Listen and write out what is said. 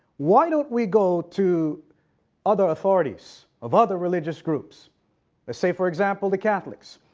why don't we go to other authorities of other religious groups? let's say for example, the catholics.